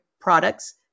products